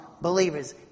believers